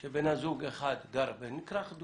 שבן זוג אחד גר בירושלים